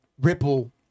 Ripple